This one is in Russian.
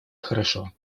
хорошо